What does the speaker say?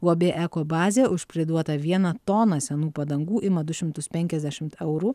uab ekobazė už priduotą vieną toną senų padangų ima du šimtus penkiasdešimt eurų